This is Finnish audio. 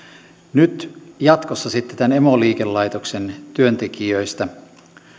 nyt jatkossa sitten tämän emoliikelaitoksen työntekijöistä